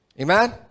Amen